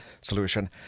solution